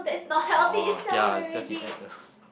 orh ya it's cause you add the